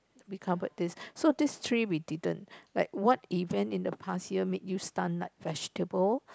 we covered this so these three we didn't like what event in the past ya made you stunned like vegetable